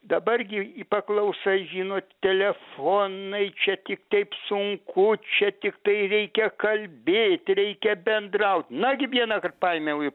dabar gi i paklausai žinot telefonai čia tik teip sunku čia tiktai reikia kalbėt reikia bendraut nagi vienąkart paėmiau i